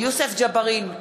יוסף ג'בארין,